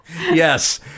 Yes